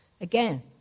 Again